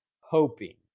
hoping